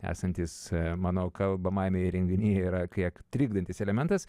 esantys mano kalbamajame įrenginyje yra kiek trikdantis elementas